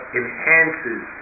enhances